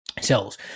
Cells